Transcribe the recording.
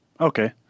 Okay